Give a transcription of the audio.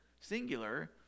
singular